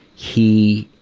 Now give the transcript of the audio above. he,